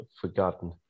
forgotten